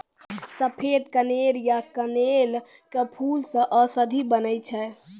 सफेद कनेर या कनेल के फूल सॅ औषधि बनै छै